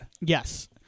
yes